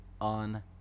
on